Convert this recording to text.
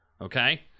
okay